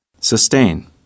Sustain